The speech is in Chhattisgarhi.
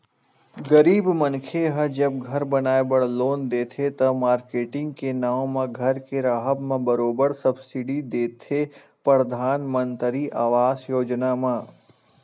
गरीब मनखे ह जब घर बनाए बर लोन देथे त, मारकेटिंग के नांव म घर के राहब म बरोबर सब्सिडी देथे परधानमंतरी आवास योजना म